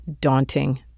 daunting